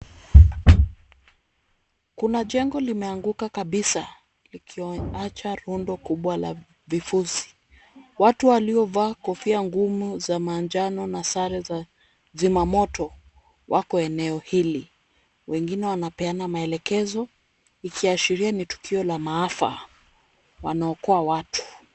Kuna jengo limeanguka kabisa likiacha rundo kubwa la vifusi. Watu waliovaa kofia ngumu za manjano na sare za zima moto wako eneo hili, wengine wanapeana maelekezo ikiashiria na matukio ya maafa, wanaokoa watu.